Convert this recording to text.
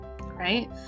right